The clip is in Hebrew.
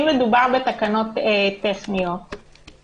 אם מדובר בתקנות טכניות,